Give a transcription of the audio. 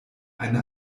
eine